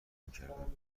میکردم